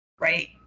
right